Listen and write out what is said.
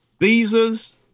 visas